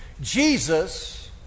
Jesus